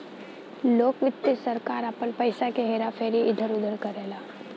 लोक वित्त से सरकार आपन पइसा क हेरा फेरी इधर उधर करला